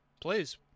Please